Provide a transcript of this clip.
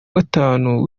gatanu